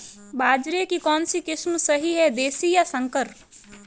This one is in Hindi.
बाजरे की कौनसी किस्म सही हैं देशी या संकर?